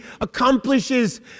accomplishes